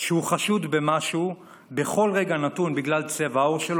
שהוא חשוד במשהו בכל רגע נתון בגלל צבע העור שלו,